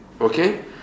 Okay